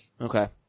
Okay